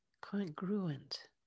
congruent